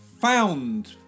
found